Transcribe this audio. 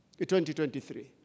2023